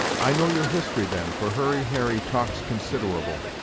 i know your history, then, for hurry harry talks considerable,